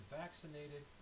vaccinated